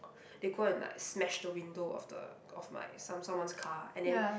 they go and like smash the window of the of my some someone's car and then